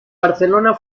barcelona